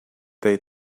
they